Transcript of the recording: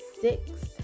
six